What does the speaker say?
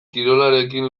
kirolarekin